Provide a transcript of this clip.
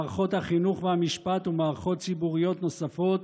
מערכות החינוך והמשפט ומערכות ציבוריות נוספות,